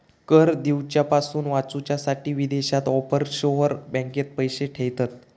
कर दिवच्यापासून वाचूच्यासाठी विदेशात ऑफशोअर बँकेत पैशे ठेयतत